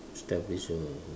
establish a